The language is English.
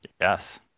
Yes